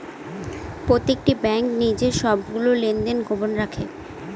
প্রত্যেকটি ব্যাঙ্ক নিজের সবগুলো লেনদেন গোপন রাখে